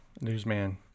Newsman